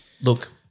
Look